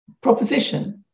proposition